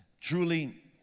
Truly